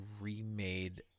remade